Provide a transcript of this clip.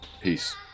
Peace